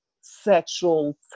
sexual